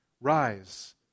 rise